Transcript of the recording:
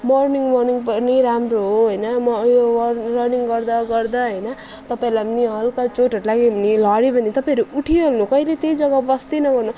morning warming पनि राम्रो हो होइन म यो व रनिङ गर्दा गर्दा होइन तपाईँहरूलाई पनि हल्का चोटहरू लाग्यो भने लड्यो भने तपाईँहरू उठिहाल्नु कहिले त्यहीँ जग्गा बस्दै नगर्नु